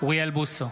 אוריאל בוסו,